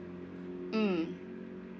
mm